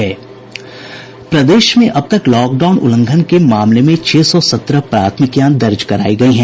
प्रदेश में अब तक लॉकडाउन उल्लंघन के मामले में छह सौ सत्रह प्राथमिकियां दर्ज करायी गयी हैं